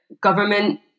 government